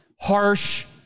harsh